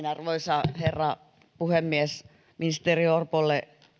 arvoisa herra puhemies ministeri orpolle